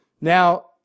Now